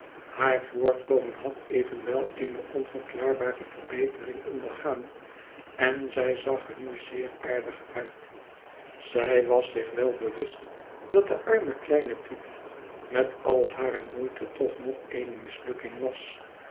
haar voorkomen had evenwel eene onverklaarbare verbetering ondergaan en zij zag er nu zeer aardig uit zij was zich wel bewust dat de arme kleine peepy met al hare moeite toch nog eene mislukking was